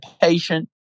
patient